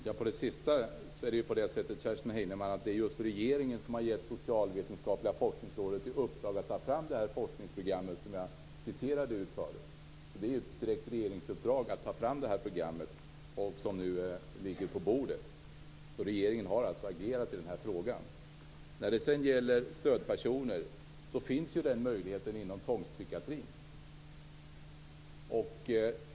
Herr talman! Det är just regeringen som har givit Socialvetenskapliga forskningsrådet i uppdrag att ta fram det forskningsprogram som jag citerade ur förut. Det var ett direkt regeringsuppdrag att ta fram det program som nu ligger på bordet. Regeringen har alltså agerat i denna fråga. Möjligheten att få en stödperson finns inom tvångspsykiatrin.